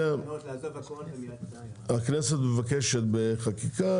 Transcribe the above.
הכנסת מבקשת בחקיקה,